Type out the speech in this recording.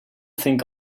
think